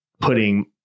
putting